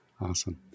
Awesome